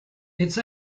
its